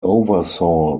oversaw